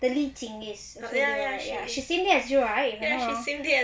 then li ting is c~ she same day as you right if I am not wrong